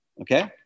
Okay